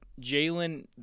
Jalen